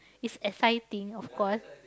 it's exciting of course